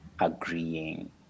agreeing